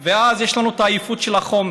ואז יש לנו את העייפות של החומר.